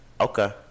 Okay